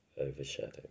overshadow